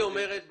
היא אומרת: